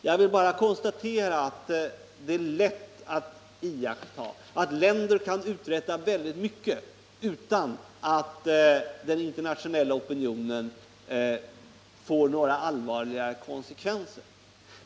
Jag vill bara konstatera att det är lätt att iaktta att länder kan ta sig för väldigt mycket utan att den internationella opinionen blir av den arten att vi får några allvarliga konsekvenser.